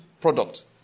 product